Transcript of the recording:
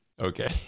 okay